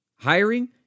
Hiring